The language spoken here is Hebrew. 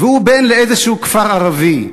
והוא בן לאיזה כפר ערבי,